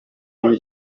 ari